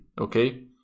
Okay